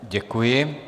Děkuji.